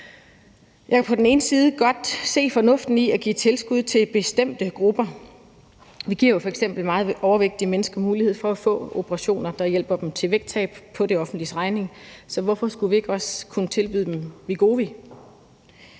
Jeg kan på den ene side godt se fornuften i at give tilskud til bestemte grupper. Vi giver jo f.eks. meget overvægtige mennesker mulighed for at få operationer, der hjælper dem til vægttab, på det offentliges regning. Så hvorfor skulle vi ikke også kunne tilbyde dem Wegovy?